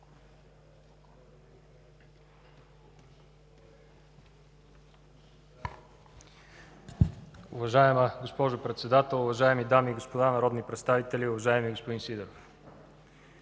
Уважаема госпожо Председател, уважаеми дами и господа народни представители, господин Иглев!